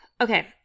okay